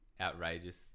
outrageous